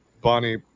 Bonnie